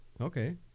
Okay